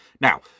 Now